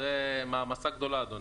זו מעמסה גדולה, אדוני.